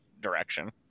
direction